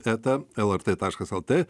eta lrt taškas lt